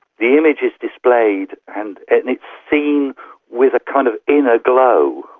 the image is displayed and it's seen with a kind of inner glow.